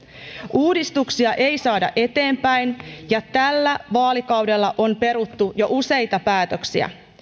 uudistuksia ei saada eteenpäin ja tällä vaalikaudella on peruttu jo useita päätöksiä